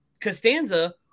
Costanza